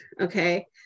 okay